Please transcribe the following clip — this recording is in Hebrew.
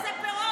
איזה פירות?